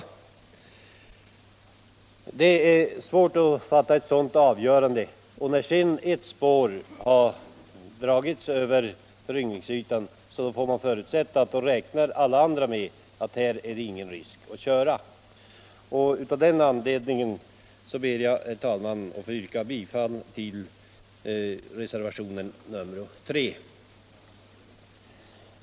Det är svårt att fatta ett sådant avgörande, och när en gång ett spår har dragits över föryngringsytan får man förutsätta, att alla andra förare sedan räknar med att det inte är någon risk med att köra ut över den. Av den anledningen ber jag, herr talman, att få yrka bifall till reservationen 3.